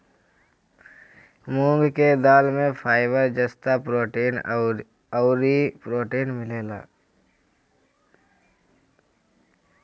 मूंग के दाल में फाइबर, जस्ता, प्रोटीन अउरी प्रोटीन मिलेला